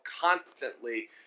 constantly